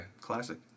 classic